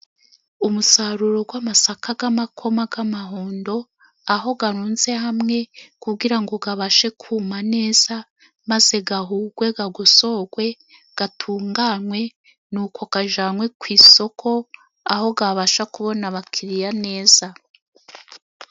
Umusaruro w'amasaka y'amakoma y'amahundo, aho arunze hamwe kugira ngo abashe kuma neza maze ahurwe, agosorwe, atunganywe nuko ajyanwe ku isoko, aho abasha kubona abakiriya neza.